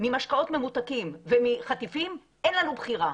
ממשקאות מתוקים וחטיפים אין לנו בחירה.